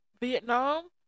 Vietnam